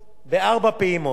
כך שמשיעור פטור של